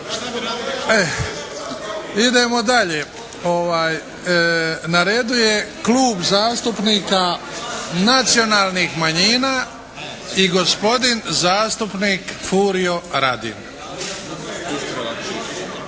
Idemo dalje. Na redu je Klub zastupnika Nacionalnih manjina i gospodin zastupnik Furio Radin.